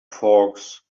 folks